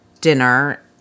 dinner